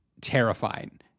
terrifying